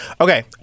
Okay